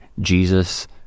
Jesus